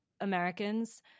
Americans